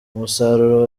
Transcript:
umusaruro